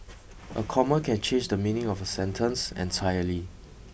a comma can change the meaning of a sentence entirely